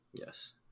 Yes